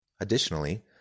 Additionally